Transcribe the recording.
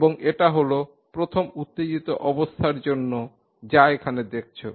এবং এটা হল প্রথম উত্তেজিত অবস্থার জন্য যা এখানে দেখছ